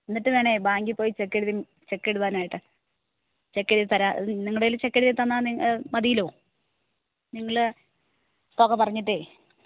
എന്നിട്ട് വേണേൽ ബങ്കിപ്പോയി ചെക്കെഴ്തിന് ചെക്കെഴുതാനായിട്ട് ചെക്കെഴുതി തരാം അത് നിങ്ങളുടെ കയ്യിൽ ചെക്കെഴുതിത്തന്നാൽ നി മതിയല്ലോ നിങ്ങൾ തുക പറഞ്ഞിട്ടേ